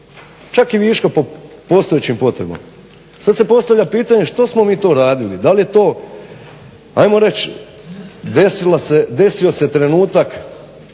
čak i viška po postojećim potrebama. Sad se postavlja pitanje što smo mi to radili? Da li je to hajmo reći desio se trenutak